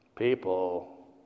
People